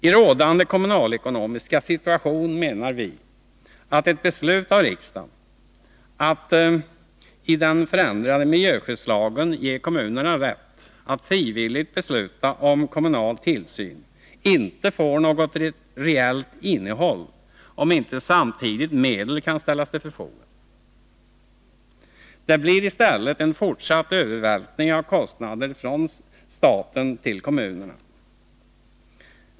I rådande kommunalekonomiska situation menar vi att ett beslut av riksdagen att i den förändrade miljöskyddslagen ge kommunerna rätt att frivilligt besluta om kommunal tillsyn inte får något reellt innehåll, om inte samtidigt medel kan ställas till förfogande. Det blir i stället en fortsatt övervältring av kostnader från staten till kommunerna.